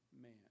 man